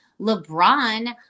LeBron